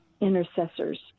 intercessors